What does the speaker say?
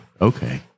Okay